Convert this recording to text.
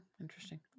Interesting